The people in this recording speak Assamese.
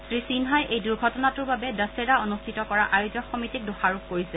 শ্ৰী সিন্হাই এই দুৰ্ঘটনাটোৰ বাবে দছেৰা অনুষ্ঠিত কৰা আয়োজক সমিতিক দোষাৰোপ কৰিছে